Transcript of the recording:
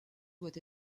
doit